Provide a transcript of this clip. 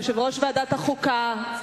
יושב-ראש ועדת החוקה,